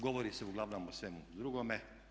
Govori se uglavnom o svemu drugome.